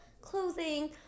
clothing